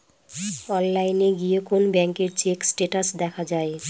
অনলাইনে গিয়ে কোন ব্যাঙ্কের চেক স্টেটাস দেখা যায়